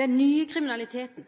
Den nye kriminaliteten,